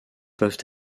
peuvent